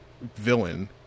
villain